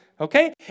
Okay